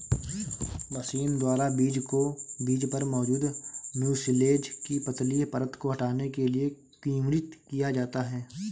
machine द्वारा बीज को बीज पर मौजूद म्यूसिलेज की पतली परत को हटाने के लिए किण्वित किया जाता है